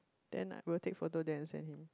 then I we'll take photo then I send him